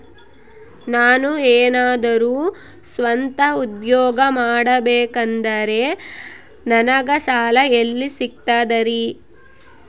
ನಾನು ಏನಾದರೂ ಸ್ವಂತ ಉದ್ಯೋಗ ಮಾಡಬೇಕಂದರೆ ನನಗ ಸಾಲ ಎಲ್ಲಿ ಸಿಗ್ತದರಿ?